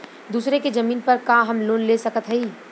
दूसरे के जमीन पर का हम लोन ले सकत हई?